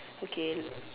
okay